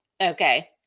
Okay